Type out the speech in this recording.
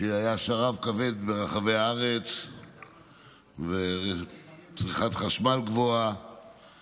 כשהיה שרב כבד ברחבי הארץ וצריכת החשמל הייתה גבוהה